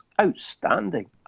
outstanding